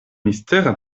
mistera